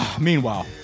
Meanwhile